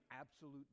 absolute